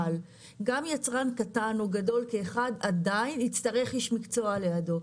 אבל יצרן קטן או גדול כאחד עדיין יצטרך איש מקצוע לידו,